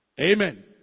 Amen